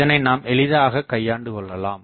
இதனை நாம் எளிதாக கையாண்டு கொள்ளலாம